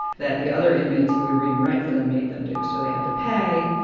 that the other inmates who would read and write for them made them do. so, they had to pay,